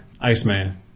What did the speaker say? Iceman